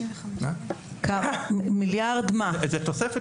זאת תוספת